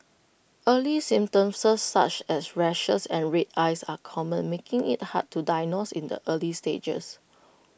early symptoms as such as rashes and red eyes are common making IT hard to diagnose in the early stages